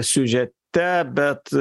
siužete bet